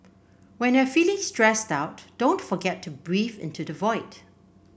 when you are feeling stressed out don't forget to breathe into the void